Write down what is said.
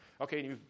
Okay